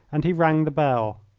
and he rang the bell.